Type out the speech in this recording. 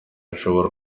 ashobora